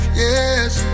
yes